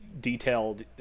detailed